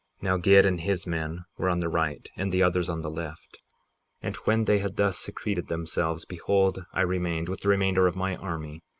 now gid and his men were on the right and the others on the left and when they had thus secreted themselves, behold, i remained, with the remainder of my army,